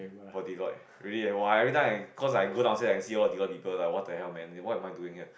for Deloitte really eh !wah! everytime I cause I go downstairs I can see all the Deloitte people what the hell man what am I doing here